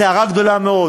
הסערה גדולה מאוד.